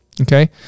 Okay